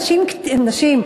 נשים?